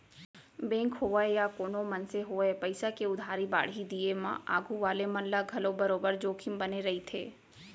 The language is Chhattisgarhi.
बेंक होवय या कोनों मनसे होवय पइसा के उधारी बाड़ही दिये म आघू वाले मन ल घलौ बरोबर जोखिम बने रइथे